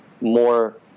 more